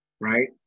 right